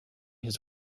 his